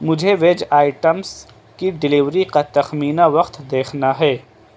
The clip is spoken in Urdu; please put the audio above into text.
مجھے ویج آئٹمز کی ڈیلیوری کا تخمینہ وقت دیکھنا ہے